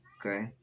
okay